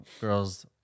girls